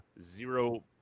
zero